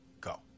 Go